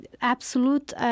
absolute